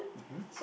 mmhmm